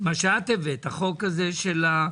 מה שאת הבאת, החוק של החדשנות.